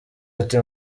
ati